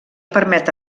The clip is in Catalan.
permet